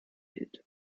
bild